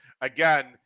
again